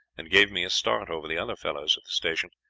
and gave me a start over the other fellows at the station,